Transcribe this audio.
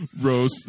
Rose